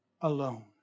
alone